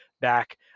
back